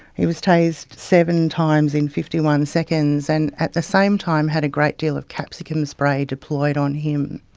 he was tasered seven times in fifty one seconds, and at the same time had a great deal of capsicum spray deployed on him.